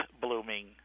blooming